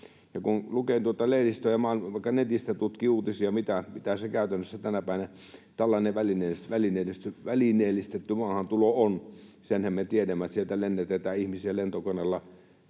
Kun lukee lehdistä ja vaikka netistä tutkii uutisia, mitä käytännössä tänäpänä tällainen välineellistetty maahantulo on, senhän me tiedämme, että sieltä lennätetään ihmisiä lentokoneella